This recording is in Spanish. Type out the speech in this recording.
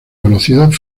conocidos